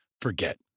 forget